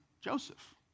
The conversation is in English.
Joseph